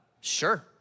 Sure